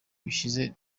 bishize